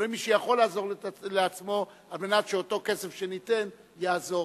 או למי שיכול לעזור לעצמו על מנת שאותו כסף שניתן יעזור.